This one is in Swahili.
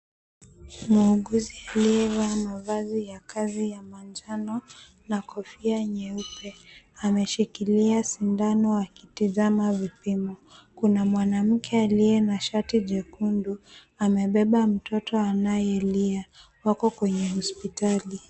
Muuguzi aliyevaa mavazi ya kazi ya manjano na kofia nyeupe ameshikilia sindano akitizama vipimo. Kuna mwanamke aliye na shati jekundu amebeba mtoto anayelia. Wako kwenye hospitali.